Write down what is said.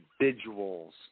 individual's